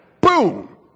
Boom